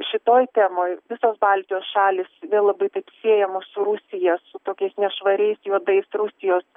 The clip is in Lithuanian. šitoj temoj visos baltijos šalys vėl labai taip siejamos su rusija su tokiais nešvariais juodais rusijos